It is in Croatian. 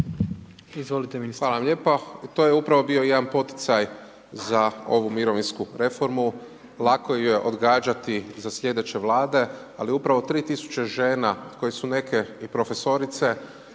Marko (HDZ)** Hvala lijepa. To je upravo bio jedan poticaj za ovu mirovinsku reformu, lako ju je odgađati za sljedeće vlade, ali upravo 3000 žena koje su neke i profesorice,